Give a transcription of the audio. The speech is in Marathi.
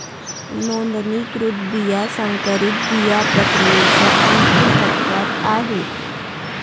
नोंदणीकृत बिया संकरित बिया प्रक्रियेच्या अंतिम टप्प्यात आहेत